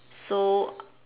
so